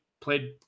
played